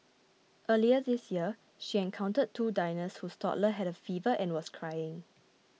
earlier this year she encountered two diners whose toddler had a fever and was crying